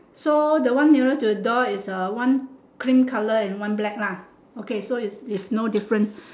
so the one nearer to the door is a one cream colour and one black lah okay so is is no difference